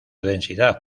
densidad